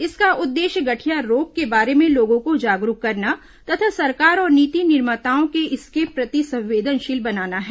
इसका उद्देश्य गठिया रोग के बारे में लोगों को जागरूक करना तथा सरकार और नीति निर्माताओं को इसके प्रति संवेदनशील बनाना है